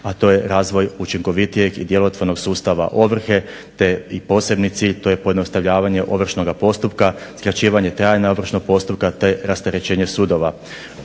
a to je razvoj učinkovitijeg i djelotvornog sustava ovrhe te posebni cilj, a to je pojednostavljenje ovršnoga postupka, skraćivanje trajanja ovršnog postupka te rasterećenje sudova.